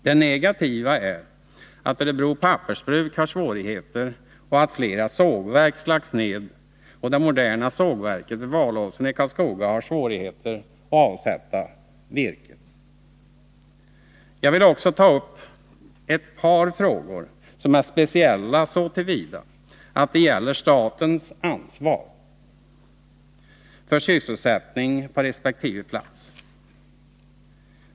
Det negativa är att Örebro pappersbruk har svårigheter, att flera sågverk har lagts ned och att det moderna sågverket vid Valåsen i Karlskoga har svårigheter med att avsätta virke. Jag vill också ta upp ett par frågor som är speciella så till vida att de gäller statens ansvar för sysselsättningen på resp. plats.